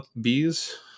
Bees